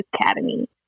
academy